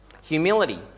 Humility